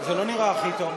זה לא נראה הכי טוב מפה.